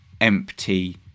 empty